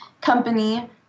company